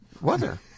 weather